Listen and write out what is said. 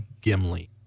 Gimli